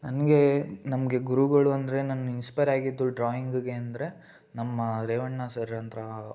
ನನಗೆ ನಮಗೆ ಗುರುಗಳು ಅಂದರೆ ನಾನು ಇನ್ಸ್ಪೈರಾಗಿದ್ದು ಡ್ರಾಯಿಂಗಿಗೆ ಅಂದರೆ ನಮ್ಮ ರೇವಣ್ಣ ಸರ್ ಅಂತ